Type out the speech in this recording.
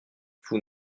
vous